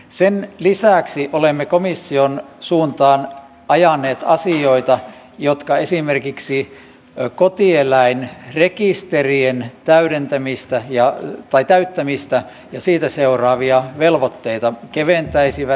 sen lisäksi olemme komission suuntaan ajaneet asioita jotka esimerkiksi ja kotieläin rekisterien täydentämistä ja kotieläinrekisterien täyttämistä ja siitä seuraavia velvoitteita keventäisivät